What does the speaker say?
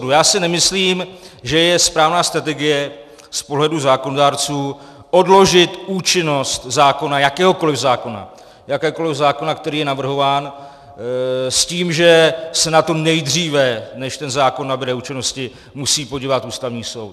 Já si nemyslím, že je správná strategie z pohledu zákonodárců odložit účinnost zákona, jakéhokoli zákona, jakéhokoli zákona, který je navrhován, s tím, že se na to nejdříve, než ten zákon nabude účinnosti, musí podívat Ústavní soud.